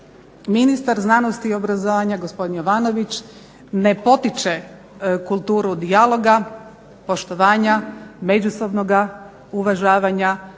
ministar znanosti i obrazovanja gospodin Jovanović ne potiče kulturu dijaloga, poštovanja, međusobnoga uvažavanja,